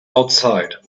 outside